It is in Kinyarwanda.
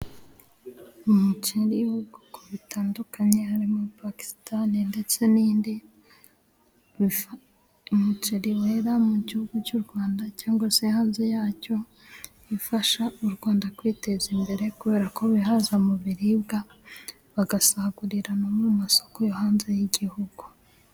Umuceri urimo ubwoko bugiye butandukanye harimo pakisitani ndetse n'indi, umuceri wera mu gihugu cy'u Rwanda cyangwa se hanze ya cyo, ifasha u Rwanda kwiteza imbere, kubera ko bihaza mu biribwa bagasagurira no mu masoko yo hanze y'igihugu.